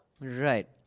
Right